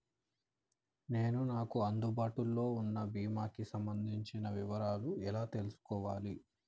నేను నాకు అందుబాటులో ఉన్న బీమా కి సంబంధించిన వివరాలు ఎలా తెలుసుకోవాలి?